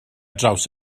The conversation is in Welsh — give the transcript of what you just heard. draws